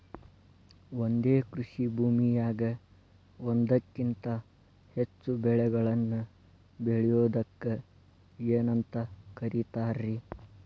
ಒಂದೇ ಕೃಷಿ ಭೂಮಿಯಾಗ ಒಂದಕ್ಕಿಂತ ಹೆಚ್ಚು ಬೆಳೆಗಳನ್ನ ಬೆಳೆಯುವುದಕ್ಕ ಏನಂತ ಕರಿತಾರಿ?